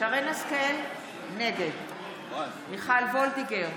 שרן מרים השכל, נגד מיכל וולדיגר,